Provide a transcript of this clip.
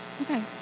Okay